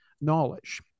knowledge